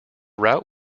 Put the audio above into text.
route